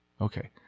Okay